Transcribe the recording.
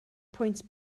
pwynt